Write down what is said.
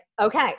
okay